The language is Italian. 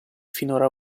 finora